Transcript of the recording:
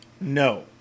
No